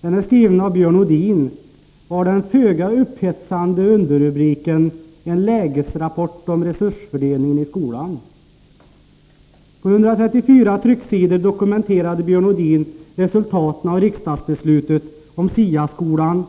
Den är skriven av Björn Odin och har den föga upphetsande underrubriken En lägesrapport om resursfördelningen i skolan. På 134 trycksidor dokumenterade Björn Odin resultaten av riksdagsbeslutet om SIA-skolan,